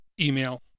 email